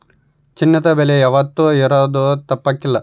ಚಿನ್ನದ ಬೆಲೆ ಯಾವಾತ್ತೂ ಏರೋದು ತಪ್ಪಕಲ್ಲ